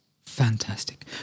fantastic